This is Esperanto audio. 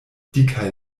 dikaj